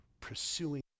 pursuing